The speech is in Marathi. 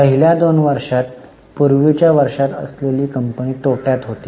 पहिल्या 2 वर्षात पूर्वीच्या वर्षांत असलेली कंपनी तोट्यात होती